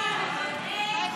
58